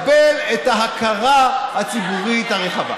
שיקבל את ההכרה הציבורית הרחבה,